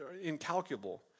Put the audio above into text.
incalculable